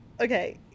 Okay